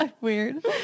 Weird